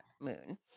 Moon